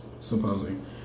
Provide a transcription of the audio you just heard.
supposing